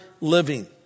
living